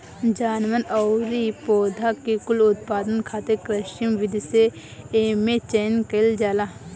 जानवर अउरी पौधा कुल के उत्पादन खातिर कृत्रिम विधि से एमे चयन कईल जाला